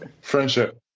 Friendship